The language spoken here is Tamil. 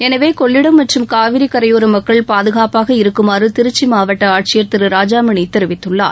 எனவே கொள்ளிடம் மற்றும் காவிரி கரையோர மக்கள் பாதுகாப்பாக இருக்குமாறு திருச்சி மாவட்ட ஆட்சியர் திரு ராஜாமணி தெரிவித்துள்ளார்